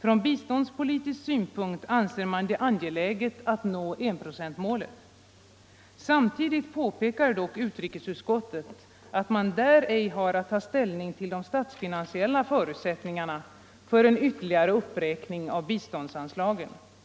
Från bi ståndspolitisk synpunkt anser man det angeläget att nå enprocentsmålet. Nr 142 Samtidigt påpekar dock utrikesutskottet att man där ej har att ta ställning Torsdagen den till de statsfinansiella förutsättningarna för en ytterligare uppräkning av 12 december 1974 biståndsanslagen.